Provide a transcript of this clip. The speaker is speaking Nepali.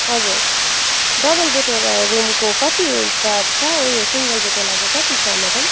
हजुर डबल बेडवाला रुमको कति चार्ज छ ऊ यो सिङ्गल बेडवाला कति छ म्याडम